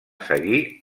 seguir